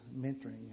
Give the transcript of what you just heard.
mentoring